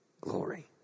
glory